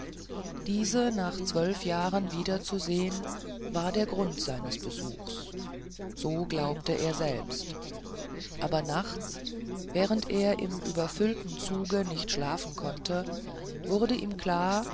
diese nach zwölf jahren wiederzusehen war der grund seines besuchs so glaubte er selbst aber nachts während er im überfüllten zuge nicht schlafen konnte wurde ihm klar